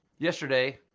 yesterday,